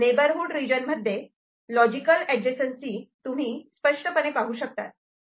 neighbourhood region मध्ये logical adjacency तुम्ही स्पष्टपणे पाहू शकतात